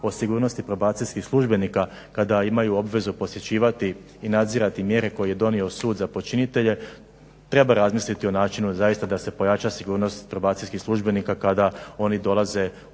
o sigurnosti probacijskih službenika kada imaju obvezu posjećivati i nadzirati mjere koje je donio sud za počinitelje treba razmisliti o načinu zaista da se pojača sigurnost probacijskih službenika kada oni dolaze u posjet